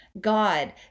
God